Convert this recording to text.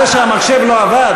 על זה שהמחשב לא עבד?